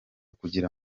kugira